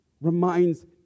reminds